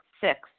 Six